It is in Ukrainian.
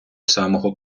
самого